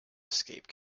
escape